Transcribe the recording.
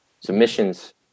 Submissions